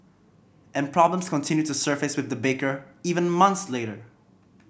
and problems continued to surface with the baker even months later